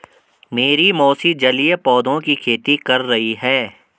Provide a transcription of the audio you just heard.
मेरी मौसी जलीय पौधों की खेती कर रही हैं